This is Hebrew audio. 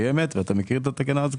ואתה מכיר את התקנה הזאת,